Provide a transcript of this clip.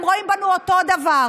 הם רואים בנו אותו דבר,